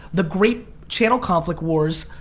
the great channel conflict wars,